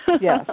Yes